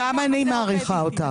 גם אני מעריכה אותך.